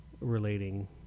relating